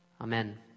Amen